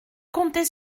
comptez